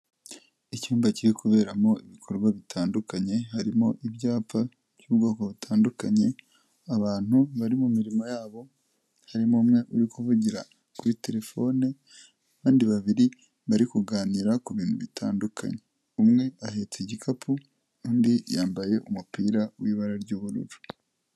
Icyumba kiri kuberamo ibikorwa bitandukanye, harimo ibyapa by'ubwoko butandukanye abantu bari mu mirimo yabo harimo umwe uri kuvugira kuri telefone, abandi babiri bari kuganira ku bintu bitandukanye. Umwe ahetse igikapu, undi yambaye umupira w'ibara ry'ubururu.